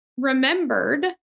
remembered